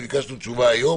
וביקשנו תשובה היום